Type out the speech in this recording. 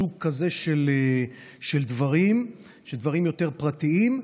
סוג כזה של דברים יותר פרטיים,